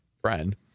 friend